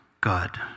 God